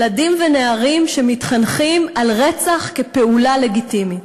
ילדים ונערים שמתחנכים על רצח כפעולה לגיטימית.